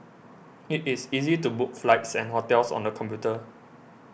it is easy to book flights and hotels on the computer